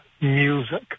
music